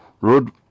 road